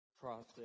process